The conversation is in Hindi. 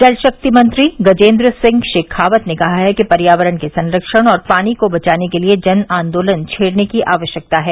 जल शक्ति मंत्री गजेंद्र सिंह शेखावत ने कहा है कि पर्यावरण के संरक्षण और पानी को बचाने के लिए जनांदोलन छेड़ने की आवश्यकता है